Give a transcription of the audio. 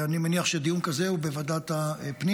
אני מניח שדיון כזה הוא בוועדת הפנים.